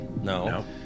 No